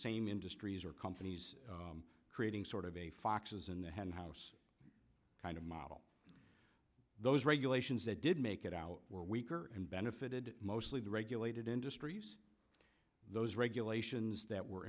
same industries are companies creating sort of a foxes in the hen house kind of model those regulations that did make it out were weaker and benefited mostly the regulated industries those regulations that were